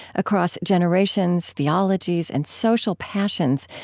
across generations, theologies and social passions,